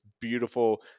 beautiful